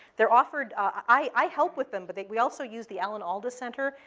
they're offered i help with them, but we also use the alan alda center.